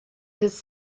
his